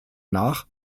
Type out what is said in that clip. nach